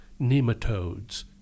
Nematodes